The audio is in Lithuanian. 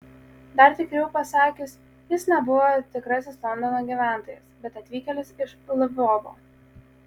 dar tikriau pasakius jis nebuvo tikrasis londono gyventojas bet atvykėlis iš lvovo